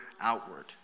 outward